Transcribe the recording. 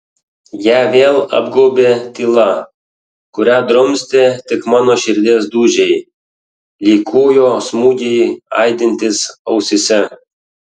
ją vėl apgaubė tyla kurią drumstė tik mano širdies dūžiai lyg kūjo smūgiai aidintys ausyse